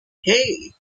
hey